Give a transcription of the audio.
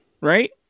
right